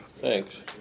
Thanks